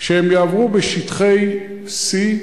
בשטחי C,